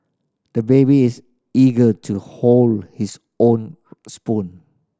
the baby is eager to hold his own spoon